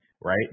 Right